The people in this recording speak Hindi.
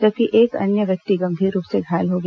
जबकि एक अन्य व्यक्ति गंभीर रूप से घायल हो गया